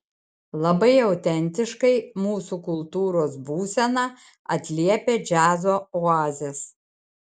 labai autentiškai mūsų kultūros būseną atliepia džiazo oazės